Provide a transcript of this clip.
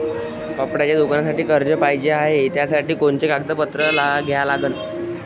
कपड्याच्या दुकानासाठी कर्ज पाहिजे हाय, त्यासाठी कोनचे कागदपत्र द्या लागन?